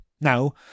Now